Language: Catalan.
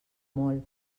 molt